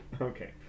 Okay